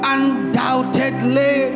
Undoubtedly